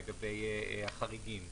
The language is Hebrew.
לגבי החריגים.